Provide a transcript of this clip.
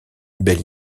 belle